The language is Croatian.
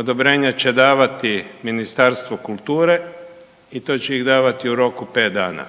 odobrenja će davati Ministarstvo kulture i to će ih davati u roku 5 dana.